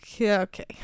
okay